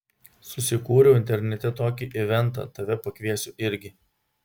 susikūriau internete tokį eventą tave pakviesiu irgi